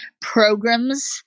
programs